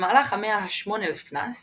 במהלך המאה ה-8 לפנה"ס,